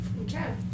Okay